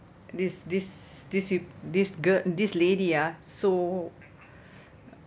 this this this peo~ this girl this lady ah so